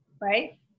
right